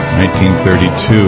1932